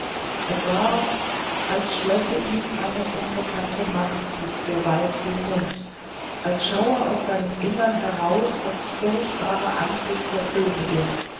es war als verschlösse ihm eine unbekannte macht mit gewalt den mund als schaue aus seinem innern heraus das furchtbare antlitz der königin